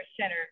center